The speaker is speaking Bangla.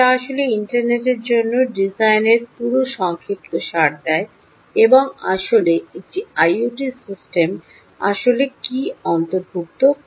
যা আসলে ইন্টারনেটের জন্য ডিজাইনের পুরো সংক্ষিপ্তসার দেয় এবং আসলে একটি আইওটি সিস্টেম আসলে কী অন্তর্ভুক্ত করে